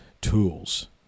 tools